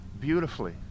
beautifully